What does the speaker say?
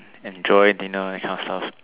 enjoy dinner that kind of stuff